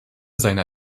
seiner